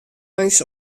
eins